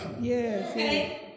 Yes